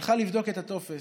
והלכה לבדוק את הטופס.